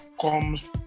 comes